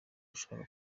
ushaka